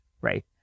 right